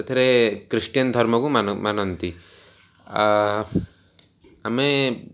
ସେଥିରେ ଖ୍ରୀଷ୍ଟିୟାନ୍ ଧର୍ମକୁ ମାନ ମାନନ୍ତି ଆମେ